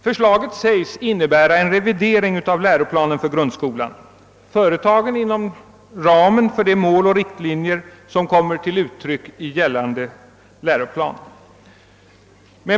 Förslaget sägs innebära en revidering av läroplanen för grundskolan, företagen inom ramen för de mål och riktlinjer som kommer till uttryck i gällande läroplan.